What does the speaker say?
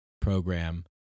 program